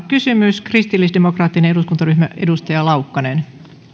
kysymys kristillisdemokraattinen eduskuntaryhmä edustaja laukkanen